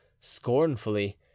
scornfully